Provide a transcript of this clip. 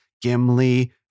Gimli